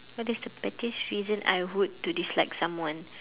what is the pettiest reason I would to dislike someone